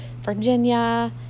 Virginia